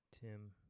Tim